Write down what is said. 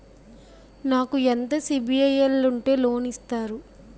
నాకు ఎంత సిబిఐఎల్ ఉంటే లోన్ ఇస్తారు?